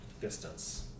distance